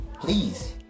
Please